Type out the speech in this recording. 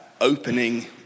opening